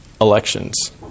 elections